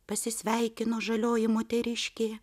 pasisveikino žalioji moteriškė